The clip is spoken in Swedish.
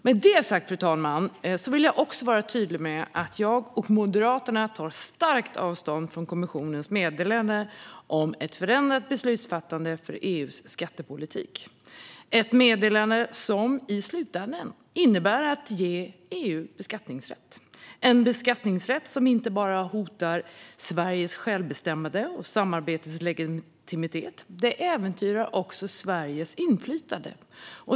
Med det sagt, fru talman, vill jag också vara tydlig med att jag och Moderaterna tar starkt avstånd från kommissionens meddelande om ett förändrat beslutsfattande för EU:s skattepolitik. Det är ett meddelande som i slutändan innebär att ge EU beskattningsrätt. Det är en beskattningsrätt som inte bara hotar Sveriges självbestämmande och samarbetets legitimitet. Det äventyrar också Sveriges inflytande.